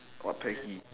uh peggy